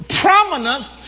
prominence